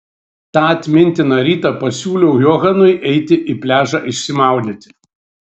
tą atmintiną rytą pasiūliau johanui eiti į pliažą išsimaudyti